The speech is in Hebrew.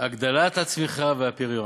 הגדלת הצמיחה והפריון.